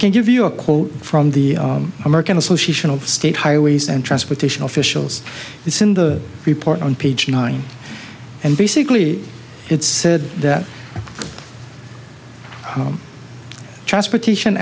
can give you a quote from the american association of state highways and transportation officials this in the report on page nine and basically it's said that transportation